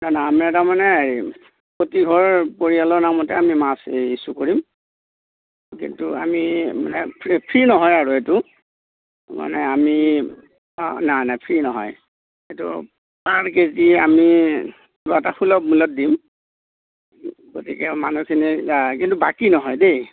না না আমি তাৰমানে প্ৰতিঘৰ পৰিয়ালৰ নামতে আমি মাছ এই ইছ্যু কৰিম কিন্তু আমি মানে ফ্ৰী ফ্ৰী নহয় আৰু এইটো মানে আমি না না ফ্ৰী নহয় এইটো পাৰ কেজি আমি কিবা এটা সুলভ মূল্যত দিম গতিকে মানুহখিনি কিন্তু বাকী নহয় দেই